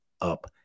up